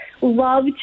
love